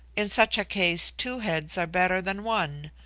in such a case two heads are better than one.